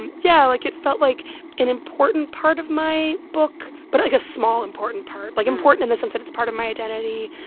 and yeah, like, it felt like an important part of my book but, like, a small important part, like important in the sense that it's part of my identity,